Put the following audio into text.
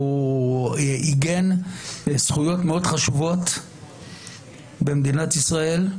הוא עיגן זכויות מאוד חשובות במדינת ישראל.